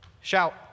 Shout